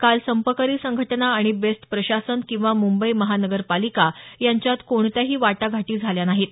काल संपकरी संघटना आणि बेस्ट प्रशासन किंवा मुंबई महानगरपालिका यांच्यात कोणत्याही वाटाघाटी झाल्या नाहीत